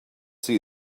see